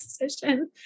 decision